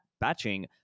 batching